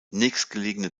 nächstgelegene